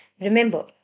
Remember